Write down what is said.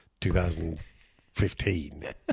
2015